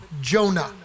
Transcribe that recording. Jonah